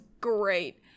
great